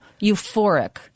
euphoric